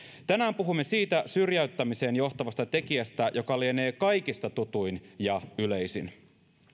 tänään puhumme siitä syrjäyttämiseen johtavasta tekijästä joka lienee kaikista tutuin ja yleisin